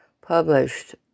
published